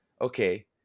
okay